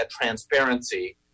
transparency